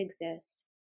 exist